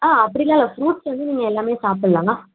ஆ அப்படிலாம் ஃப்ரூட்ஸ் வந்து நீங்கள் எல்லாமே சாப்பிடலாம் மா